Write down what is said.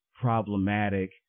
problematic